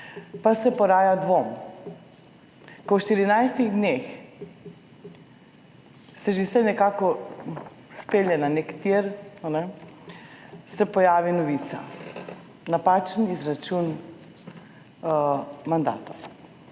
pa se poraja dvom, ko se v štirinajstih dneh že vse nekako spelje na nek tir, se pojavi novica, napačen izračun mandata.